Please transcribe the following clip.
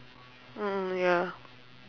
mm ya